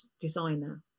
designer